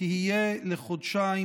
תהיה לחודשיים,